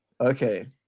Okay